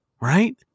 Right